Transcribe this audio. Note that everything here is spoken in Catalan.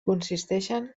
consisteixen